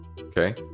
okay